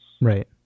Right